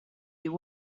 you